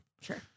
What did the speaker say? Sure